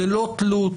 ללא תלות